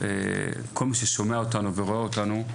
כל מי ששומע ורואה אותנו,